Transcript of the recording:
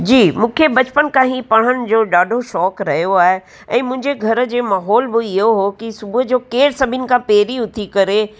जी मूंखे बचपन खां ई पढ़णु जो ॾाढो शौक़ु रहियो आहे ऐं मुंहिंजे घर जे माहौल बि इहो हो कि सुबुह जो केरु सभिन खां पहिरीं उथी करे